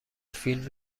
فیلم